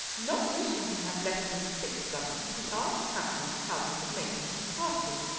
not wishing to have less than six guns he asked hampton how he could make up his party.